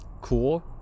cool